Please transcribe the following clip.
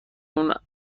اون